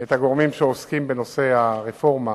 את הגורמים שעוסקים בנושא הרפורמה